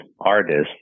artists